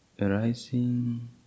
Arising